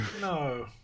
no